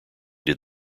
did